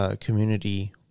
community